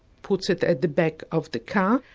puts it at the back of the car.